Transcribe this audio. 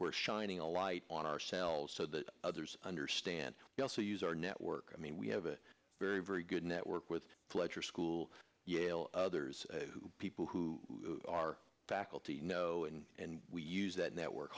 we're shining a light on ourselves so that others understand we also use our network i mean we have a very very good network with pleasure school others who people who are faculty know and we use that network